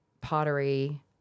pottery